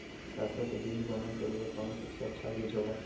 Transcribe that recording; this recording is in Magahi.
सरसो के बीज बोने के लिए कौन सबसे अच्छा बीज होगा?